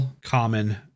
common